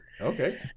okay